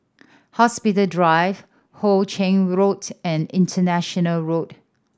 Hospital Drive Hoe Chiang Road and International Road